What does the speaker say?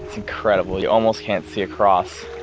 it's incredible, you almost can't see across,